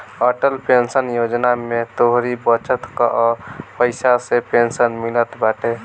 Atal pension योजना में तोहरी बचत कअ पईसा से पेंशन मिलत बाटे